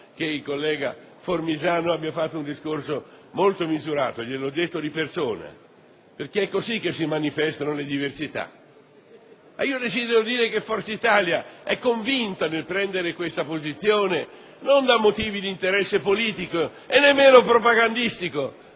che il collega Formisano abbia fatto un discorso molto misurato, gliel'ho detto di persona, perché è così che si manifestano le diversità. Tuttavia desidero dire che Forza Italia nel prendere questa posizione è convinta, non da motivi d'interesse politico e nemmeno propagandistico,